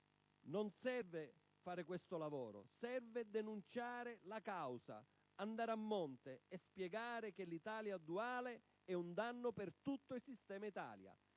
Non serve fare questo lavoro, ma occorre denunciare la causa, andando a monte e spiegando che l'Italia duale è un danno per tutto il sistema Italia.